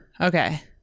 okay